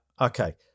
okay